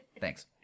Thanks